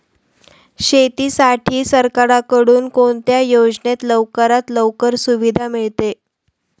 शेतीसाठी सरकारकडून कोणत्या योजनेत लवकरात लवकर सुविधा मिळते?